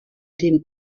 dem